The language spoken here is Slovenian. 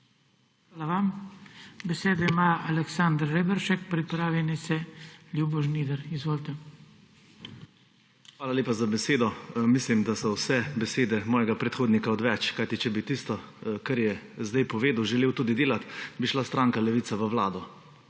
Hvala vam. Besedo ima Aleksander Reberšek, pripravi naj se Ljubo Žnidar. Izvolite. **ALEKSANDER REBERŠEK (PS NSi):** Hvala lepa za besedo. Mislim, da so vse besede mojega predhodnika odveč. Kajti če bi tisto, kar je zdaj povedal, želel tudi delati, bi šla stranka Levica v Vlado.